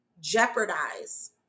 jeopardize